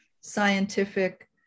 scientific